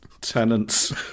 Tenants